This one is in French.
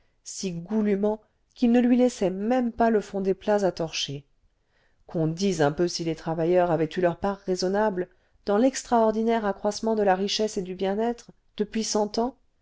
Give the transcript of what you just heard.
si goulûment qu'ils ne lui laissaient même pas le fond des plats à torcher qu'on dise un peu si les travailleurs avaient eu leur part raisonnable dans l'extraordinaire accroissement de la richesse et du bien-être depuis cent ans